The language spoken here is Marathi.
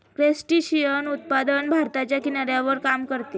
क्रस्टेशियन उत्पादन भारताच्या किनाऱ्यावर काम करते